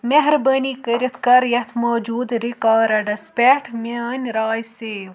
مہربٲنی کٔرِتھ کر یتھ موجوٗدٕ رِکارڈس پیٹھ میٲنۍ راے سیو